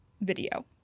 video